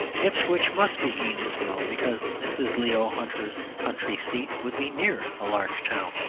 ipswich must be eatanswill because mrs. leo hunter's country seat would be near a large town.